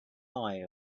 eye